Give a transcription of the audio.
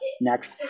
next